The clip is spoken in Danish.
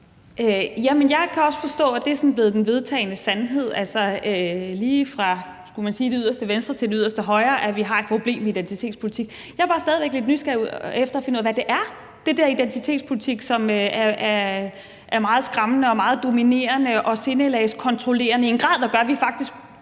jeg kan også forstå, at det sådan er blevet den vedtagne sandhed lige fra, skulle man sige det yderste venstre, til det yderste højre, at vi har et problem med identitetspolitik. Jeg er bare stadig væk lidt nysgerrig efter at finde ud af, hvad det der identitetspolitik, som er meget skræmmende og meget dominerende og sindelagskontrollerende i en grad, der gør, at vi faktisk